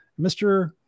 Mr